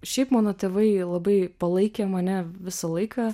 šiaip mano tėvai labai palaikė mane visą laiką